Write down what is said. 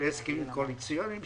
של הסכמים קואליציוניים,